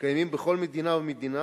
קיימים בכל מדינה ומדינה